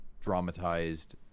dramatized